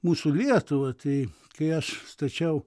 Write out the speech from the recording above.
mūsų lietuvą tai kai aš stačiau